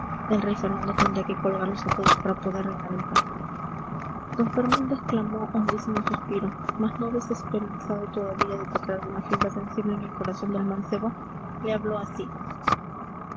el rey fernando tendría que colgarlos a todos para poder reinar en paz d fernando exhaló hondísimo suspiro mas no desesperanzado todavía de tocar alguna fibra sensible en el corazón del mancebo le habló así